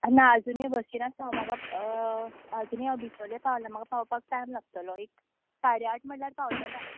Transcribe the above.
ना आजुनीय बशीन आसा म्हाका आजुनीय हांव बिचोले पावलां म्हाका पावपाक टायम लागतलो एक साडे आठ म्हळ्ळ्यार पावतलें हांव